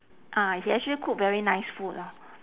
ah he actually cook very nice food lah